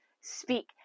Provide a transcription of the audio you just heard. speak